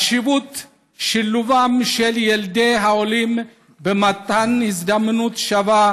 חשיבות שילובם של ילדי העולים ומתן הזדמנות שווה